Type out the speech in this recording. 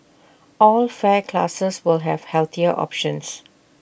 all fare classes will have healthier options